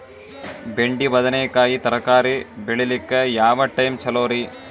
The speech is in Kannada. ಬೆಂಡಿ ಬದನೆಕಾಯಿ ತರಕಾರಿ ಬೇಳಿಲಿಕ್ಕೆ ಯಾವ ಟೈಮ್ ಚಲೋರಿ?